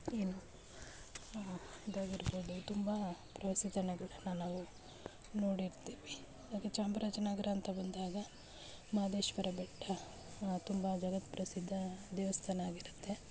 ಏನು ಇದಾಗಿರ್ಬೋದು ತುಂಬ ಪ್ರವಾಸಿ ತಾಣಗಳನ್ನು ನಾವು ನೋಡಿರ್ತೀವಿ ಹಾಗೆ ಚಾಮರಾಜನಗರ ಅಂತ ಬಂದಾಗ ಮಾದೇಶ್ವರ ಬೆಟ್ಟ ತುಂಬ ಜಗತ್ಪ್ರಸಿದ್ಧ ದೇವಸ್ಥಾನ ಆಗಿರುತ್ತೆ